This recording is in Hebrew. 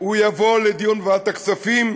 יבוא לדיון בוועדת הכספים,